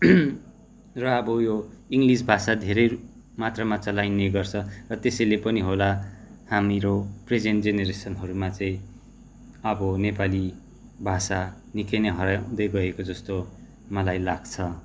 र अब यो इङ्ग्लिस भाषा धेरै मात्रामा चलाइने गर्छ त्यसैले पनि होला हामीहरू प्रेजेन्ट जेनरेसनहरूमा चाहिँ अब नेपाली भाषा निकै नै हराउँदै गएको जस्तो मलाई लाग्छ